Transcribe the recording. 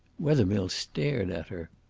wethermill stared at her.